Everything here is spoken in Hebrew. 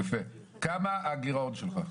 כמה הגירעון שלך?